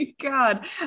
god